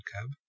cub